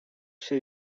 się